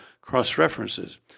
cross-references